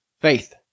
Faith